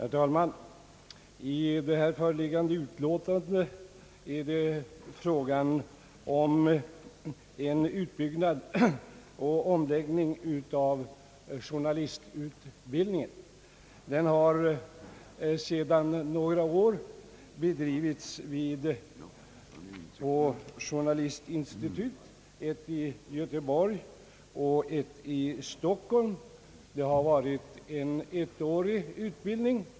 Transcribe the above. Herr talman! I det föreliggande utlåtandet är det fråga om en utbyggnad och omläggning av journalistutbildningen. Den har sedan några år bedrivits vid två journalistinstitut, ett i Göteborg och ett i Stockholm. Det har varit en ettårig utbildning.